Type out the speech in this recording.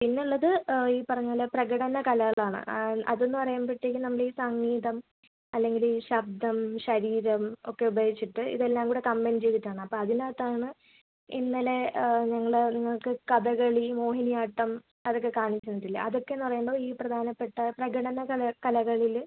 പിന്നെ ഉള്ളത് ഈ പറഞ്ഞതുപോലെ പ്രകടന കലകളാണ് അതെന്നു പറയുമ്പോഴത്തേക്കും നമ്മൾ ഈ സംഗീതം അല്ലെങ്കിൽ ശബ്ദം ശരീരം ഒക്കെ ഉപയോഗിച്ചിട്ട് ഇത് എല്ലാം കൂടി കമ്പൈൻ ചെയ്തിട്ടാണ് അപ്പോൾ അതിനകത്താണ് ഇന്നലെ ഞങ്ങൾ നിങ്ങൾക്ക് കഥകളി മോഹിനിയാട്ടം അതൊക്കെ കാണിച്ചു തന്നിട്ടില്ലേ അതൊക്കെ എന്ന് പറയുമ്പം ഈ പ്രധാനപ്പെട്ട പ്രകടന കല കലകളിൽ